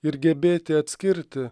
ir gebėti atskirti